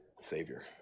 Savior